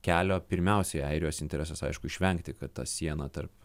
kelio pirmiausiai airijos interesas aišku išvengti kad ta siena tarp